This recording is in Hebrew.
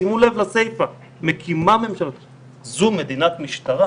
שימו לב לזה, זו מדינת משטרה